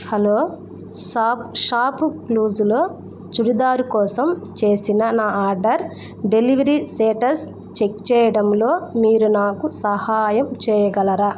hello సాప్ షాపు క్లూజ్లో చుడిదార్ కోసం చేసిన నా ఆర్డర్ డెలివరీ సేటస్ చెక్ చేయడంలో మీరు నాకు సహాయం చేయగలరా